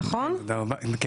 אני